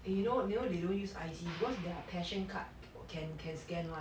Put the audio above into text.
you know you know they don't use I_C because their passion card can can scan [one]